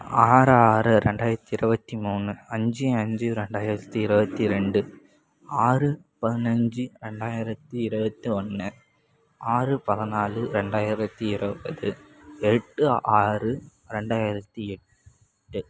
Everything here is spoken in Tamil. ஆறு ஆறு ரெண்டாயிரத்தி இருபத்தி மூணு அஞ்சு அஞ்சு ரெண்டாயிரத்தி இருபத்தி ரெண்டு ஆறு பதினஞ்சு ரெண்டாயிரத்தி இருபத்தி ஒன்று ஆறு பதினாலு ரெண்டாயிரத்தி இருபத்தெட்டு எட்டு ஆறு ரெண்டாயிரத்தி எட்டு